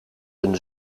een